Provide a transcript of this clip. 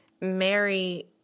Mary